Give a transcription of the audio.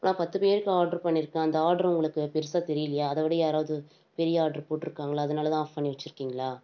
நான் பத்து பேருக்கு ஆர்டர் பண்ணிருக்கேன் அந்த ஆர்டர் உங்களுக்கு பெருசாக தெரியலையா அதை விட யாராது பெரிய ஆர்டர் போட்டுருக்காங்களா அதனால் தான் ஆஃப் பண்ணி வச்சுருக்கீங்களா